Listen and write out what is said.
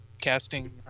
casting